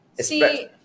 See